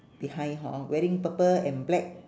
behind hor wearing purple and black